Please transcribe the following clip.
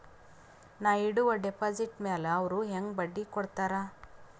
ನಾ ಇಡುವ ಡೆಪಾಜಿಟ್ ಮ್ಯಾಲ ಅವ್ರು ಹೆಂಗ ಬಡ್ಡಿ ಕೊಡುತ್ತಾರ?